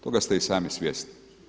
Toga ste i sami svjesni.